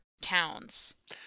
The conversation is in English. towns